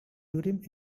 urim